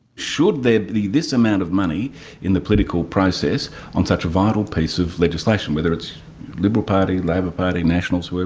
should there be this amount of money in the political process on such a vital piece of legislation, whether it's liberal party, labor party, nationals, whoever